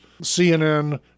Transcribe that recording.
CNN